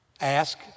Ask